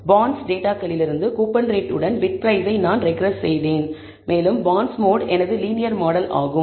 "bonds" டேட்டாகளிலிருந்து coupon rate உடன் fit பிரைஸை நான் ரெக்ரெஸ் செய்தேன் மேலும் பாண்ட்ஸ்மோட் எனது லீனியர் மாடல் ஆகும்